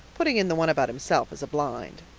putting in the one about himself as a blind.